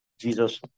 Jesus